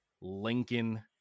Lincoln